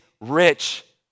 rich